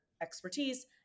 expertise